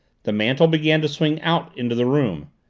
the mantel began to swing out into the room.